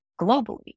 globally